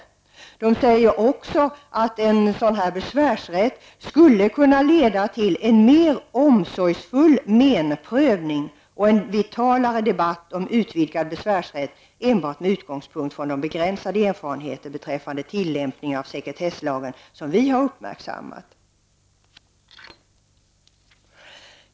Angående införande av besvärsrätt säger kommittén vidare: ''Det skulle också kunna leda till en mera omsorgsfull menprövning och en vitalare debatt om utvidgad besvärsrätt enbart med utgångspunkt från de begränsade erfarenheter beträffande tillämpningen av sekretesslagen som vi har uppmärksammat.''